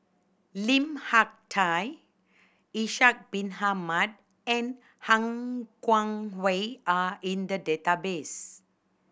Lim Hak Tai Ishak Bin Ahmad and Han Guangwei are in the database